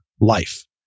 life